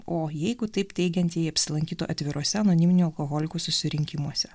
o jeigu taip teigiantieji apsilankytų atviruose anoniminių alkoholikų susirinkimuose